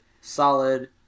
solid